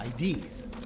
IDs